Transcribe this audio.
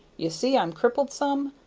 ye see i'm crippled some?